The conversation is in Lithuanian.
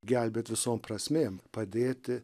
gelbėt visom prasmėm padėti